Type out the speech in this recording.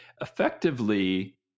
effectively